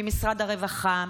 ממשרד הרווחה,